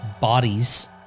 Bodies